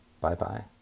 Bye-bye